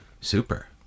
super